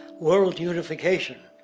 world unification,